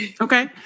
Okay